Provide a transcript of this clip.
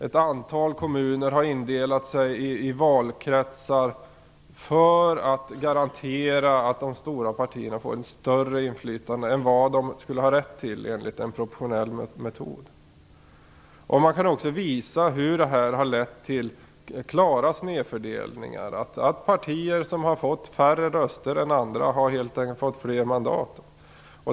Ett antal kommuner har indelats i valkretsar så att de stora partierna får ett större inflytande än de skulle få med en proportionell metod. Man kan också visa hur det här har lett till klara snedfördelningar. Partier som har fått färre röster än andra har helt enkelt fått fler mandat.